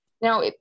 Now